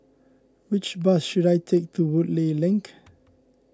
which bus should I take to Woodleigh Link